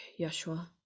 yeshua